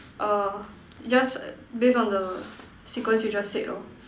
orh just based on the sequence you just said lor